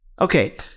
okay